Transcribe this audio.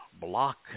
block